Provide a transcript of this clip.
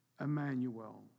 Emmanuel